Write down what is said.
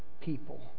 people